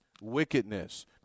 wickedness